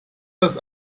das